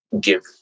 give